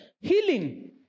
Healing